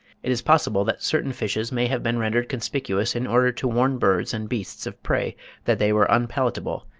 it is possible that certain fishes may have been rendered conspicuous in order to warn birds and beasts of prey that they were unpalatable,